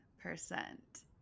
percent